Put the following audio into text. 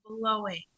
blowing